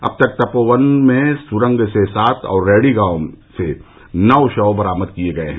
अब तक तपोवन में सुरंग से सात और रैणी गांव से नौ शव बरामद किए गए हैं